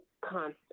constant